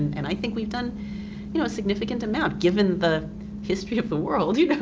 and i think we've done you know a significant amount giving the history of the world, you know